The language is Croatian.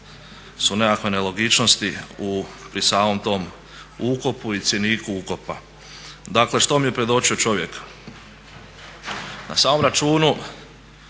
su nekakve nelogičnosti pri samom tom ukopu i cjeniku ukopa. Dakle, što mi je predočio čovjek? Na samom računu